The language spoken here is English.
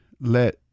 let